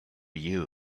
you